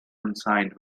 unsigned